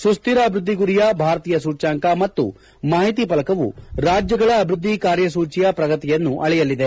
ಸುಸ್ಥಿರ ಅಭಿವೃದ್ದಿ ಗುರಿಯ ಭಾರತೀಯ ಸೂಚ್ಹಂಕ ಮತ್ತು ಮಾಹಿತಿ ಫಲಕವು ರಾಜ್ಹಗಳ ಅಭಿವೃದ್ದಿ ಕಾರ್ಯಸೂಚಿಯ ಪ್ರಗತಿಯನ್ನು ಅಳೆಯಲಿದೆ